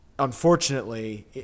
Unfortunately